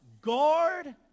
Guard